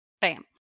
bam